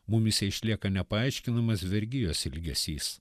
mumyse išlieka nepaaiškinamas vergijos ilgesys